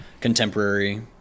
contemporary